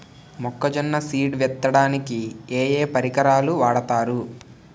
మొక్కజొన్న సీడ్ విత్తడానికి ఏ ఏ పరికరాలు వాడతారు?